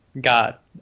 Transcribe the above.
got